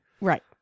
Right